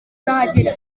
urahagera